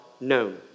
Known